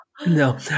No